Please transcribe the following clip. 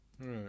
Right